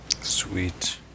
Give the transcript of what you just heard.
Sweet